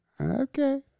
Okay